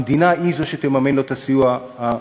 המדינה היא שתממן לו את הסיוע המשפטי.